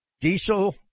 diesel